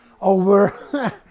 Over